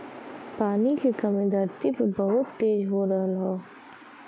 पानी के कमी धरती पे बहुत तेज हो रहल हौ